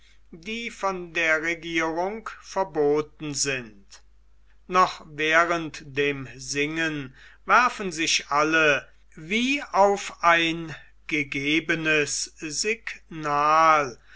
die von der regierung verboten sind noch während dem singen werfen sich alle wie auf ein gegebenes signal